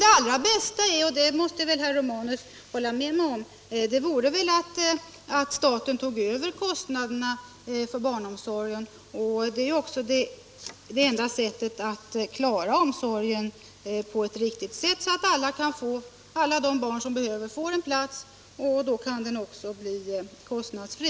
Det allra bästa — det måste väl herr Romanus hålla med mig om —- vore att staten tog över kostnaderna för barnomsorgen, och det är också det enda sättet att klara omsorgen på ett riktigt sätt, så att alla barn som behöver en plats får det. Då kan den platsen också bli kostnadsfri.